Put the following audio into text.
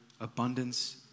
abundance